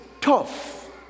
tough